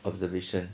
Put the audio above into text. observation